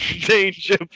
Danger